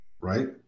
Right